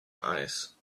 eyes